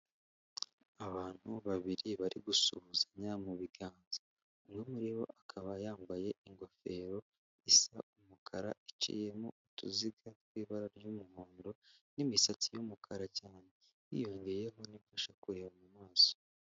Abantu babiri bari gusuhuzanya mu biganza, umwe muri bo akaba yambaye ingofero isa umukara iciyemo utuziga tw'ibara ry'umuhondo n'imisatsi y'umukara cyane, hiyongeyeho nibifasha kureba mu maso.